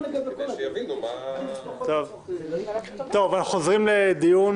למרות שכבר הכרזתי על זה,